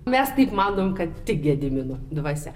mes taip manom kad tik gedimino dvasia